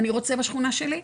אני רוצה בשכונה שלי'.